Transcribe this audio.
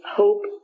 hope